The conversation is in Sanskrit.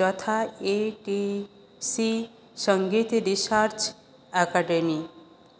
यथा ए टी सी सङ्गीतिदिशार्च् अकडेणी